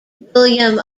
william